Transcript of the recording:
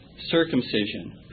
circumcision